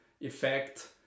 effect